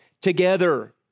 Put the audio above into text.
together